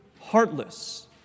heartless